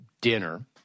dinner